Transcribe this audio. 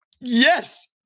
Yes